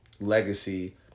legacy